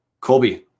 Colby